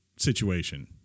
situation